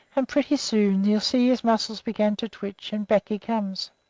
and pretty soon you'll see his muscles begin to twitch, and back he comes.